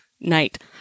night